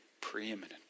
preeminent